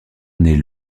naît